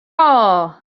all